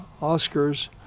Oscars